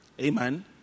Amen